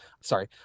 Sorry